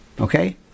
Okay